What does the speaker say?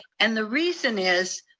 and the reason is,